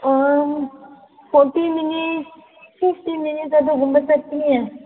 forty minute fifty ꯃꯤꯅꯤꯠꯇ ꯑꯗꯨꯒꯨꯝꯕ ꯆꯠꯄꯅꯦ